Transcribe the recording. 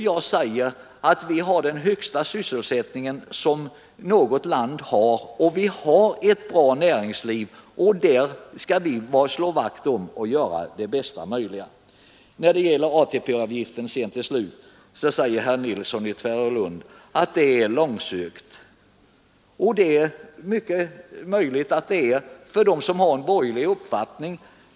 Jag säger att vi har den högsta sysselsättningen som något land har och att vi har ett bra näringsliv. Det skall vi slå vakt om och göra det bästa möjliga av. Herr Nilsson i Tvärålund slutligen säger att det är långsökt att tala om ATP-avgiften. Det är mycket möjligt att det är det för dem som har en borgerlig uppfattning.